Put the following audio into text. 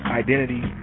identity